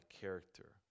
character